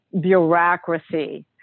bureaucracy